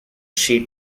she